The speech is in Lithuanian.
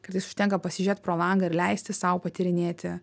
kartais užtenka pasižiūrėt pro langą ir leisti sau patyrinėti